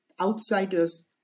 outsiders